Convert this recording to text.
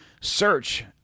search